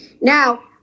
now